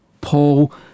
Paul